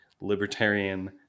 libertarian